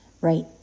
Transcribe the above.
Right